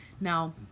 Now